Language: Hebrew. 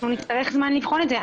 נצטרך זמן לבחון את זה.